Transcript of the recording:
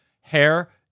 Hair